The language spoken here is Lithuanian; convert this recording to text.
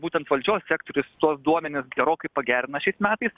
būtent valdžios sektorius tuos duomenis gerokai pagerina šiais metais